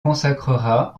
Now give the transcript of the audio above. consacrera